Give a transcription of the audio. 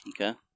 Okay